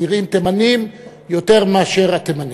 ונראים תימנים יותר מאשר התימנים.